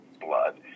blood